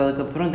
okay